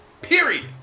period